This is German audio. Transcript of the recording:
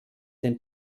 den